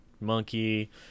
monkey